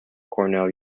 cornell